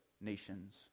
nations